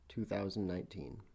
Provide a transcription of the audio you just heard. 2019